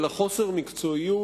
אלא חוסר מקצועיות,